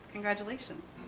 congratulations.